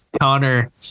Connor